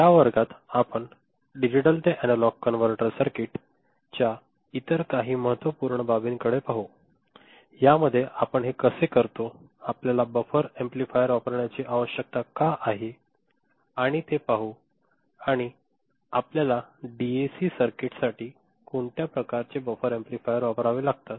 या वर्गात आपण डिजिटल ते एनालॉग कनव्हर्टर सर्किट च्या इतर काही महत्त्वपूर्ण बाबींकडे पाहू यामध्ये आपण हे कसे करतो आपल्याला बफर एम्प्लीफायर वापरण्याची आवश्यकता का आहे ते पाहू आणि आपल्याला डीएसी सर्किटसाठी कोणत्या प्रकारचे बफर एम्पलीफायर वापरतो